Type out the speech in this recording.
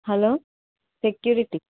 hello security